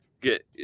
get